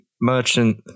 merchant